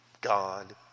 God